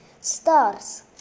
stars